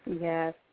yes